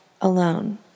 alone